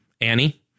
Annie